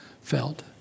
felt